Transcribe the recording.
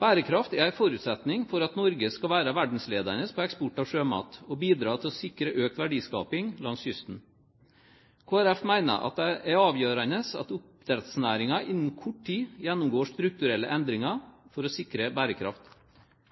Bærekraft er en forutsetning for at Norge skal være verdensledende på eksport av sjømat og bidra til å sikre økt verdiskaping langs kysten. Kristelig Folkeparti mener at det er avgjørende at oppdrettsnæringen innen kort tid gjennomgår strukturelle endringer for å sikre bærekraft.